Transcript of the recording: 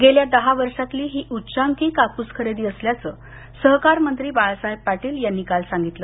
गेल्या दहा वर्षातली ही उच्चांकी कापूस खरेदी असल्याचं सहकार मंत्री बाळासाहेब पाटील यांनी काल सांगितलं